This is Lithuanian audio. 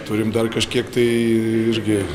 turim dar kažkiek tai irgi